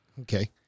Okay